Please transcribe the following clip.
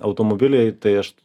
automobiliai tai aš